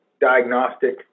diagnostic